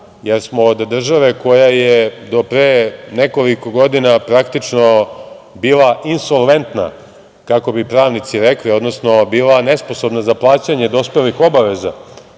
jer smo od države koja je do pre nekoliko godina praktično bila insolventna, kako bi pravnici rekli, odnosno bila nesposobna za plaćanje dospelih obaveza,